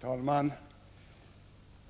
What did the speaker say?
Herr talman!